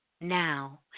now